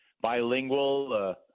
bilingual